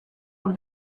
over